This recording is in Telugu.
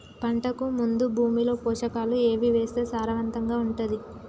పంటకు ముందు భూమిలో పోషకాలు ఏవి వేస్తే సారవంతంగా ఉంటది?